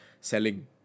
selling